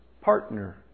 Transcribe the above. partner